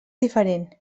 diferent